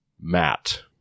Matt